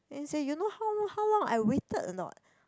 then he say you know how long how long I waited a not